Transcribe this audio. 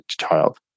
child